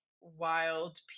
wild